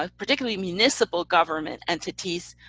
um particularly municipal government entities,